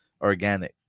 organic